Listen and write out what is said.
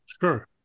sure